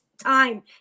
Time